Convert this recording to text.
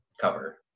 cover